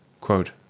Quote